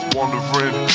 Wondering